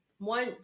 One